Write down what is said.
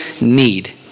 need